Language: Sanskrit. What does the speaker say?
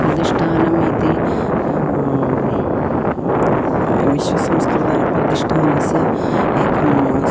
प्रतिष्ठानम् इति विश्वसंस्कृतप्रतिष्ठानस्य एका